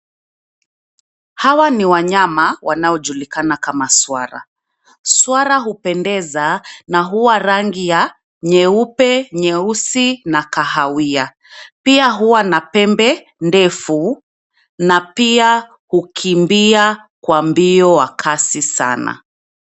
Hawa ni wanyama wanaojulikana kama swara. Swara hupendeza na huwa rangi ya nyeupe, nyeusi na kahawia. Pia huwa na pembe ndefu na pia hukimbia kwa mbio wa kasi sana.